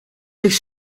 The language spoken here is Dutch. zich